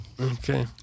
Okay